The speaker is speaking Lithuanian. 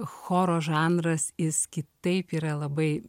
choro žanras jis kitaip yra labai